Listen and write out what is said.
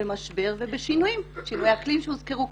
במשבר ובשינויים כמו שינוי אקלים שהוזכר כאן.